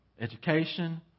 education